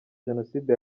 jenoside